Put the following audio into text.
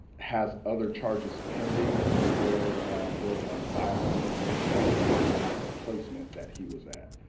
has other charges pending where there was a violent incident that occurred at the placement that he was at.